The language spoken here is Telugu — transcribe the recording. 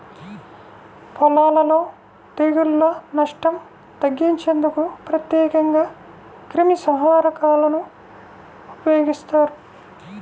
పొలాలలో తెగుళ్ల నష్టం తగ్గించేందుకు ప్రత్యేకంగా క్రిమిసంహారకాలను ఉపయోగిస్తారు